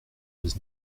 dix